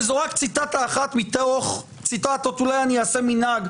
וזאת רק ציטטה אחת מתוך אולי אני אעשה מנהג.